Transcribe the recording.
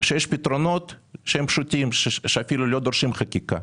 שיש פתרונות שהם פשוטים, שאפילו לא דורשים חקיקה.